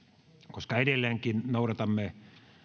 koska edelleenkin noudatamme